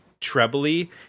trebly